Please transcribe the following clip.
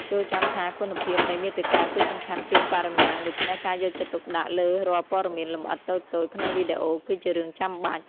ចូរចាំថា គុណភាពនៃមាតិកាគឺសំខាន់ជាងបរិមាណ ដូច្នេះការយកចិត្តទុកដាក់លើរាល់ព័ត៌មានលម្អិតតូចៗក្នុងវីដេអូគឺជារឿងចាំបាច់។